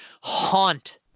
haunt